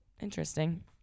Interesting